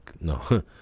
no